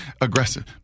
aggressive